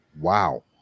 Wow